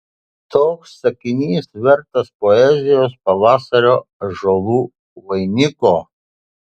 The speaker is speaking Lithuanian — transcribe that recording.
toks sakinys vertas poezijos pavasario ąžuolų vainiko